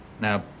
Now